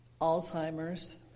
Alzheimer's